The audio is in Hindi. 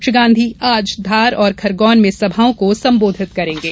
श्री गांधी आज धार और खरगोन में सभाओं को संबोधित करेंगे